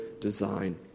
design